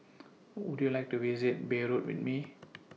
Would YOU like to visit Beirut with Me